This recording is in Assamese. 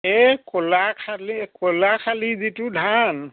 এই ক'লা খালী ক'লা শালি যিটো ধান